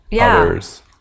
others